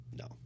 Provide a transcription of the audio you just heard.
No